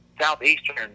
Southeastern